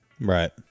Right